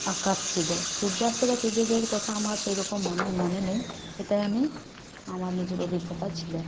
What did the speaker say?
আকাশ ছিলো সূর্যাস্ত বা সূর্যোদয়ের কথা আমার সেই রকম মনে নেই এটা আমি আমার নিজের অভিজ্ঞতা ছিলো